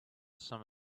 some